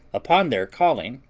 upon their calling,